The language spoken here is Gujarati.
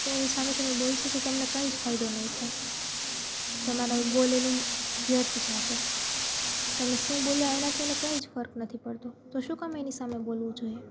તો એની સામે તમે બોલશો તો તમને કાંઈ જ ફાયદો નહીં થાય તમારે બોલેલું વ્યર્થ જાશે તમે શું બોલ્યા એનાથી એને કંઈ જ ફર્ક નથી પડતો તો શું કામ એની સામે બોલવું જોઈએ